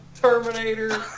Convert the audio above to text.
Terminator